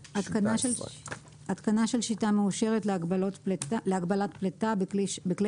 17. התקנה של שיטה מאושרת להגבלת פליטה בכלי